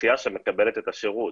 האוכלוסייה שמקבלת את השירות.